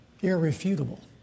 irrefutable